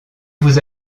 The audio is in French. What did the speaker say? vous